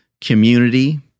community